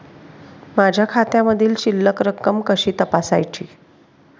माझ्या खात्यामधील शिल्लक रक्कम कशी तपासायची?